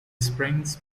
springs